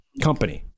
company